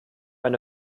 eine